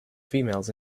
females